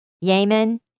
Yemen